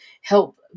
help